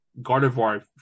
Gardevoir